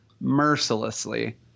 mercilessly